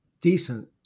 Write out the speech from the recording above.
decent